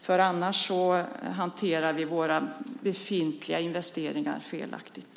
I annat fall hanterar vi våra befintliga investeringar felaktigt.